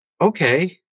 okay